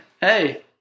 Hey